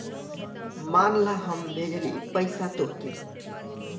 मान ला हम भेजली पइसा तोह्के